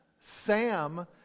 Sam